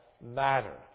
matter